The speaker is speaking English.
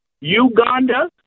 Uganda